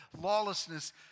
lawlessness